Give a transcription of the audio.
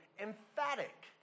emphatic